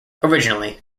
originally